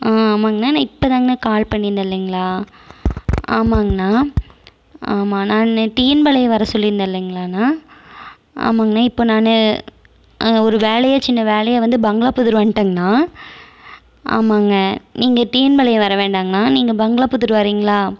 ஆமாங்கண்ணா நான் இப்போ தாங்கண்ணா கால் பண்ணியிருந்தேன் இல்லைங்களா ஆமாங்கண்ணா ஆமாம் நான் டிஎன் பாளையம் வர சொல்லியிருந்தேன் இல்லைங்களாண்ணா ஆமாங்கண்ணா இப்போ நான் ஒரு வேலையாக சின்ன வேலையாக வந்து பங்களாபுதூர் வந்துட்டேங்கண்ணா ஆமாங்க நீங்கள் டிஎன் பாளையம் வர வேண்டாங்கண்ணா நீங்கள் பங்களாபுதூர் வரீங்களா